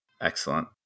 Excellent